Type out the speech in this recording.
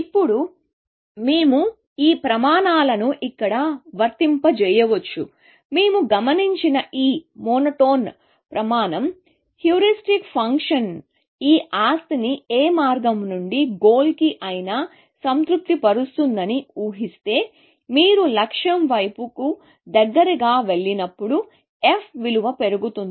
ఇప్పుడు మేము ఈ ప్రమాణాలను ఇక్కడ వర్తింపజేయవచ్చు మేము గమనించిన ఈ మోనోటోన్ ప్రమాణం హ్యూరిస్టిక్ ఫంక్షన్ ఈ ఆస్తిని ఏ మార్గం నుండి గోల్ కి అయినా సంతృప్తిపరుస్తుందని ఊహిస్తే మీరు లక్ష్యం వైపుకు దగ్గరగా వెళ్లినప్పుడు f విలువ పెరుగుతుంది